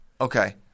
Okay